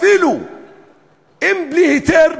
אפילו אם נבנה בלי היתר,